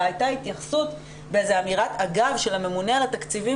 אלא היתה התייחסות באיזו אמירת אגב של הממונה על התקציבים